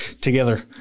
together